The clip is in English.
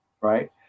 Right